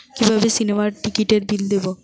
কিভাবে সিনেমার টিকিটের বিল দেবো?